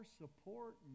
support